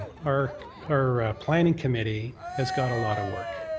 our our planning committee has got a lot of work.